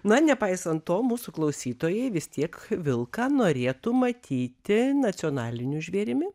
na nepaisant to mūsų klausytojai vis tiek vilką norėtų matyti nacionaliniu žvėrimi